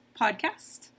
Podcast